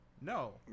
No